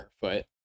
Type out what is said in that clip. foot